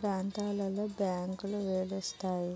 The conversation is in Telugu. ప్రాంతాలలో బ్యాంకులు వెలుస్తాయి